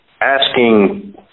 asking